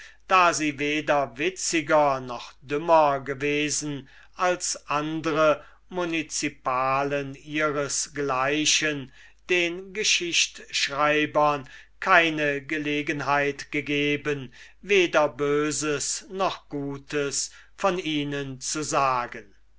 da sie weder witziger noch dummer gewesen als andre municipalen ihres gleichens den geschichtschreibern keine gelegenheit gegeben weder böses noch gutes von ihnen zu sagen